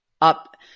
up –